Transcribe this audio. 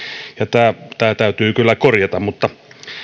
tämä tämä täytyy kyllä korjata